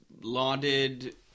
lauded